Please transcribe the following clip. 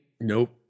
nope